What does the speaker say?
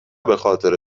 بخاطر